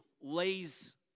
lays